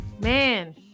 man